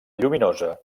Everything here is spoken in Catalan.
lluminosa